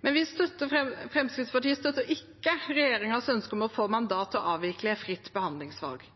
Men Fremskrittspartiet støtter ikke regjeringens ønske om å få mandat til å avvikle fritt behandlingsvalg.